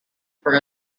for